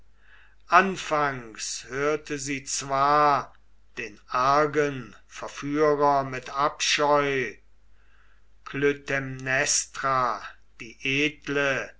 anfangs hörte sie zwar den argen verführer mit abscheu klytämnestra die edle